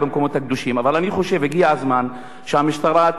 אבל אני חושב שהגיע הזמן שהמשטרה תיתן את הדעת,